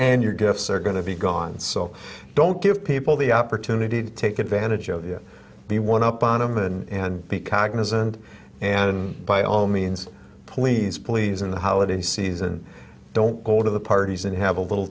and your gifts are going to be gone so don't give people the opportunity to take advantage of you know the one up on him and be cognizant and by all means please please in the holiday season don't go to the parties and have a little